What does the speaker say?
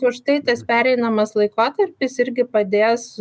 užtai tas pereinamas laikotarpis irgi padės